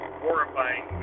horrifying